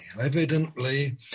Evidently